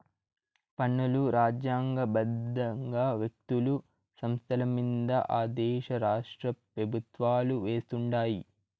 పన్నులు రాజ్యాంగ బద్దంగా వ్యక్తులు, సంస్థలమింద ఆ దేశ రాష్ట్రపెవుత్వాలు వేస్తుండాయి